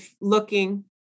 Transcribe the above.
looking